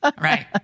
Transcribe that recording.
Right